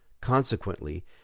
Consequently